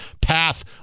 path